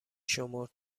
شمرد